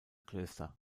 klöster